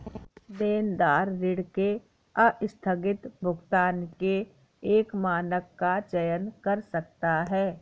देनदार ऋण के आस्थगित भुगतान के एक मानक का चयन कर सकता है